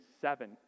seven